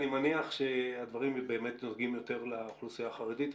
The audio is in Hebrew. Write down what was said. אני מניח שהדברים באמת נוגעים יותר לאוכלוסייה החרדית,